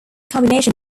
combination